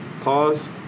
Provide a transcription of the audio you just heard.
pause